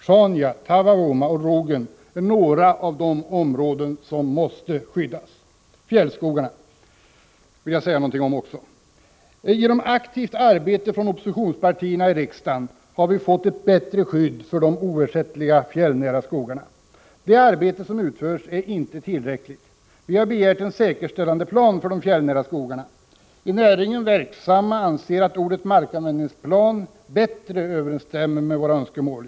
Sjaunja, Taavavuoma och Rogen är några av de områden som måste skyddas. Fjällskogarna vill jag också säga någonting om. Genom aktivt arbete från oppositionspartierna i riksdagen har vi fått ett bättre skydd för de oersättliga fjällnära skogarna. Det arbete som utförts är emellertid inte tillräckligt. Vi har begärt en säkerställande plan för de fjällnära skogarna. I näringen verksamma anser att ordet markanvändningsplan bättre överensstämmer med våra önskemål.